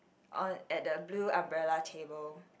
on at the blue umbrella table